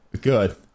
Good